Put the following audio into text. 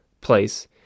place